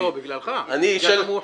לא, בגללך, נתת לו מאוחר.